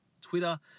Twitter